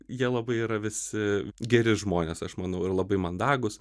jie labai yra visi geri žmonės aš manau ir labai mandagūs